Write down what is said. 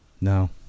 No